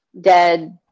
dead